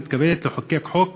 מתכוונת לחוקק חוק,